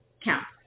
counts